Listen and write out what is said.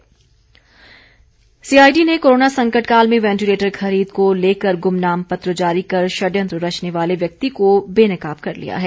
Kundu CID ने corona संकट काल में वेंटिलेटर खरीद को लेकर गुमनाम पत्र जारी कर षडयंत्र रचने वाले व्यक्ति को बेनकाब कर लिया है